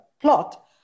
plot